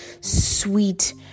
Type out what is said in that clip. sweet